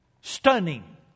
stunning